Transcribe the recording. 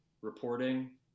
reporting